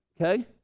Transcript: okay